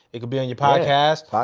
it can be on your podcast.